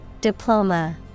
Diploma